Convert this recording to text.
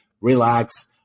relax